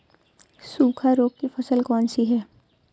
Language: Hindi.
सूखा रोग की फसल कौन सी है?